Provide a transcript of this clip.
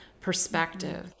perspective